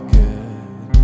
good